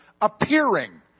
appearing